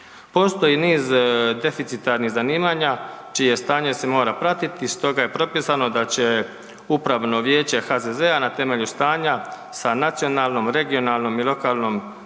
Postoji niz deficitarnih zanimanja čije stanje se mora pratiti, stoga je propisano da će Upravno vijeće HZZ-a na temelju stanja sa nacionalnom, regionalnom i lokalnom